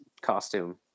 costume